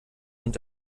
und